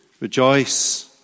Rejoice